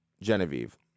Genevieve